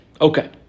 Okay